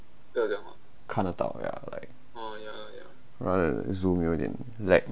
看得到 ya like rather than Zoom 有点 lag